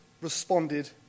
responded